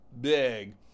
big